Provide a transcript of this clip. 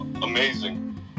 Amazing